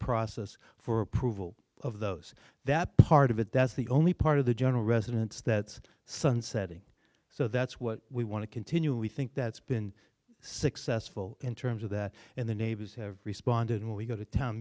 process for approval of those that part of it that's the only part of the general residence that's sunsetting so that's what we want to continue we think that's been successful in terms of that and the neighbors have responded and we go to town